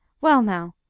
well, now,